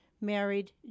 married